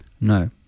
No